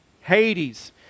Hades